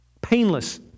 painless